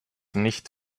nicht